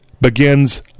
begins